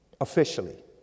officially